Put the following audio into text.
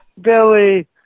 Billy